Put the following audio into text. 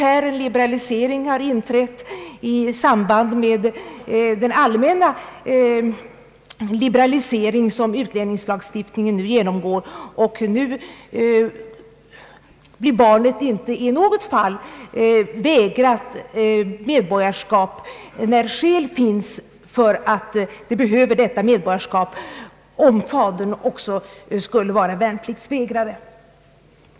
En ytterligare liberalisering av praxis har inträtt i samband med den allmänna liberalisering som utlänningslagstiftningen nu genomgår. Nu blir barnet inte i något fall vägrat svenskt medborgarskap, när skäl finns för att barnet behöver detta medborgarskap, även om fadern skulle vara värnpliktsvägrare. En av grundsatserna i 1963 års europarådskonvention vore, att en person, som efter egen ansökan bleve medborgare i en stat, skulle förlora sitt tidigare medborgarskap.